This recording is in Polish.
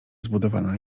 zbudowana